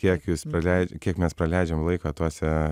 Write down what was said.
kiek jūs pralei kiek mes praleidžiam laiko tuose